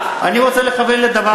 אתה לא יודע לגמור משפט.